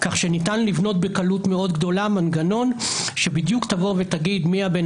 כך שניתן לבנות בקלות גדולה מאוד מנגנון שלפיו בדיוק תגיד מי הבן